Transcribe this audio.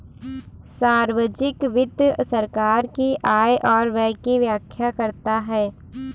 सार्वजिक वित्त सरकार की आय और व्यय की व्याख्या करता है